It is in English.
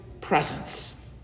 presence